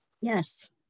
Yes